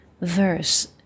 verse